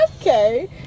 okay